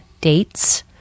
dates